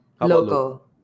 Local